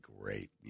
great